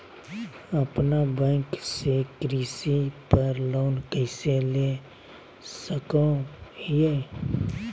अपना बैंक से कृषि पर लोन कैसे ले सकअ हियई?